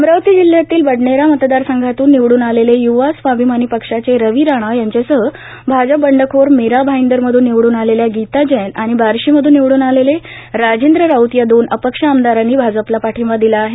अमरावती जिल्ह्यातील बडनेरा मतदारसंघातून निवडून आलेले य्वा स्वाभिमानी पक्षाचे रवी राणा यांच्यासह भाजप बंडखोर मीरा भाईदर मधून निवडून आलेल्या गीता जैन आणि बार्शीमधून निवडून आलेले राजेंद्र राऊत या दोन अपक्ष आमदारांनी भाजपला पाठिंबा दिला आहे